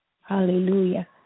Hallelujah